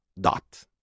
dot